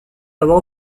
avoir